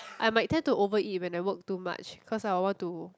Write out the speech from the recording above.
I might tend to over eat when I work too much cause I want to